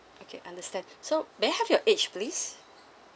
okay understand so may I have your age please